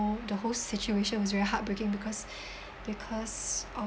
the whole situation was very heartbreaking because because